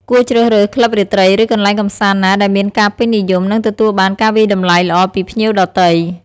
គួរជ្រើសរើស ក្លឹបរាត្រី ឬកន្លែងកម្សាន្តណាដែលមានការពេញនិយម និងទទួលបាន ការវាយតម្លៃល្អពីភ្ញៀវដទៃ។